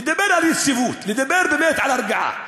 לדבר על יציבות, לדבר באמת על הרגעה.